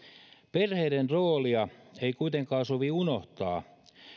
perheiden roolia ei kuitenkaan sovi unohtaa